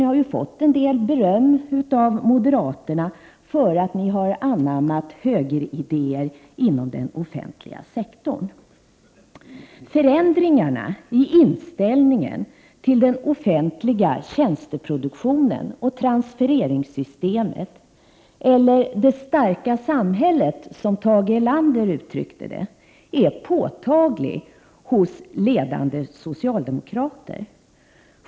De har ju fått en del beröm av moderaterna för att ha anammat högeridéer inom den offentliga sektorn. 87 Förändringarna i inställningen till den offentliga tjänsteproduktionen och transfereringssystemet, eller det starka samhället som Tage Erlander uttryckte det, är påtagliga hos ledande socialdemokrater.